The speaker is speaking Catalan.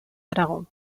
aragó